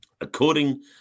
according